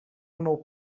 meu